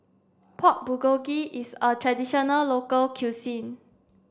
Pork Bulgogi is a traditional local cuisine